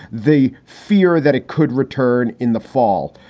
the fear that it could return in the fall.